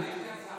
יש לי הצעה.